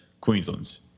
Queensland's